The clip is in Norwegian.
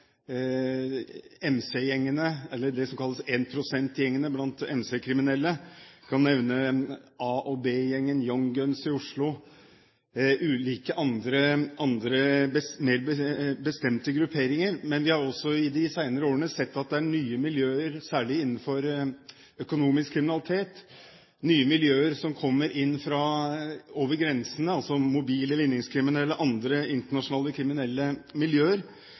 eller det som kalles énprosentgjengene blant MC-kriminelle – A- og B-gjengen og Young Guns i Oslo og ulike andre, bestemte grupperinger. Men vi har i de senere årene også sett at det er nye miljøer, særlig innenfor økonomisk kriminalitet – nye grupper som kommer over grensene, altså mobile vinningskriminelle, andre internasjonale kriminelle miljøer.